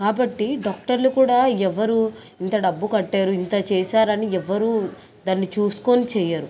కాబట్టి డాక్టర్లు కూడా ఎవరు ఇంత డబ్బు కట్టారు ఇంత చేశారు అని ఎవరు దాన్ని చూసుకోని చెయ్యరు